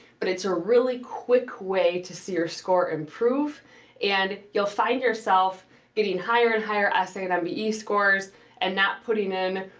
but it's a really quick way to see your score improve and, you'll find yourself getting higher and higher essay and i mean mbe scores and not putting in,